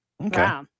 Okay